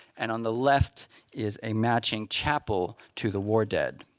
and on the left is a matching chapel to the war dead.